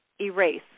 erase